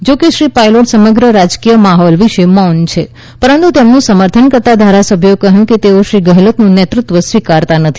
જોકે શ્રી પાયલોટ સમગ્ર રાજકીય માહોલ વિશે મૌન છે પરંતુ તેમનું સમર્થન કરતા ધારાસભ્યોએ કહ્યું કે તેઓ શ્રી ગેહલોતનું નેતૃત્વ સ્વીકારતા નથી